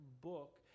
book